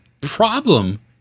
problem